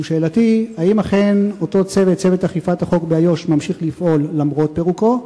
שאלתי: האם אכן אותו צוות אכיפת החוק באיו"ש ממשיך לפעול למרות פירוקו,